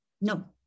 No